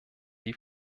die